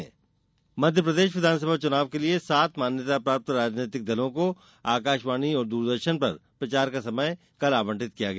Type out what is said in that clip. राजनीतिक दल समय मध्यप्रदेश विधानसभा चुनाव के लिए सात मान्यता प्राप्त राजनीतिक दलों को आकाशवाणी और दूरदर्शन पर प्रचार का समय कल आवंटित किया गया